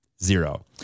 Zero